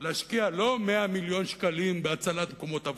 להשקיע לא 100 מיליון שקלים בהצלת מקומות עבודה,